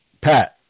Pat